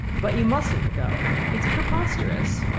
but you mustn't go it's preposterous!